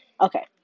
Okay